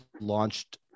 launched